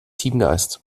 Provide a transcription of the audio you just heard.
teamgeist